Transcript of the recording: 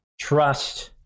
Trust